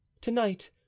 Tonight